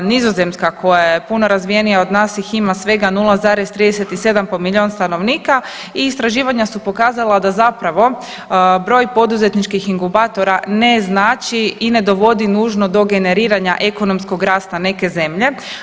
Nizozemska koja je puno razvijenija od nas ih ima svega 0,37 po milijun stanovnika i istraživanja su pokazala da zapravo broj poduzetničkih inkubatora ne znači i ne dovodi nužno do generiranja ekonomskog rasta neke zemlje.